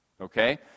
Okay